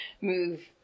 move